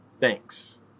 thanks